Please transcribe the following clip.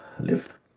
live